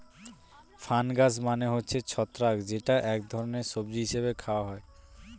fungus মানে হচ্ছে ছত্রাক যেটা এক ধরনের সবজি হিসেবে খাওয়া হয়